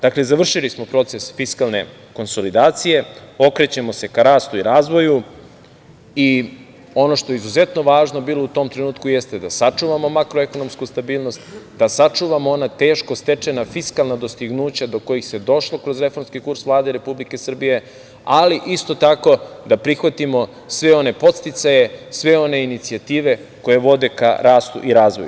Dakle, završili smo proces fiskalne konsolidacije, okrećemo se ka rastu i razvoju i ono što je izuzetno važno bilo u tom trenutku jeste da sačuvamo makroekonomsku stabilnost, da sačuvamo ona teško stečena fiskalna dostignuća do kojih se došlo kroz reformski kurs Vlade Republike Srbije, ali isto tako da prihvatimo sve one podsticaje, sve one inicijative koje vode ka rastu i razvoju.